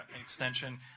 extension